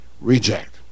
Reject